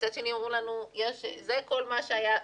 מצד שני אומרים לנו, זה כל מה שהיה.